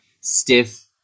stiff